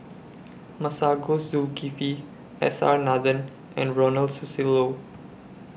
Masagos Zulkifli S R Nathan and Ronald Susilo